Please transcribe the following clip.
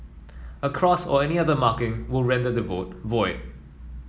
a cross or any other marking will render the vote void